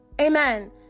Amen